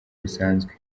busanzwe